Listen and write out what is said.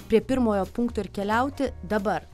prie pirmojo punkto ir keliauti dabar